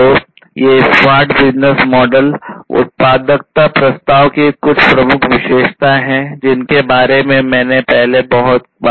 तो ये smart business model उत्पादकता प्रस्ताव की कुछ प्रमुख विशेषताएं हैं जिनके बारे में मैंने पहले बहुत बात की है